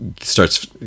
starts